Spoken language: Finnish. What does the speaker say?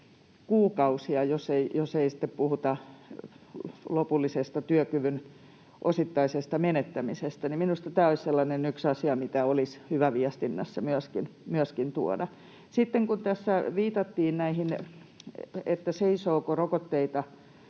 kuukausia, jos ei sitten puhuta lopullisesta työkyvyn osittaisesta menettämisestä. Minusta tämä olisi yksi sellainen asia, mitä olisi hyvä viestinnässä myöskin tuoda esiin. Sitten kun viitattiin siihen, seisooko rokotteita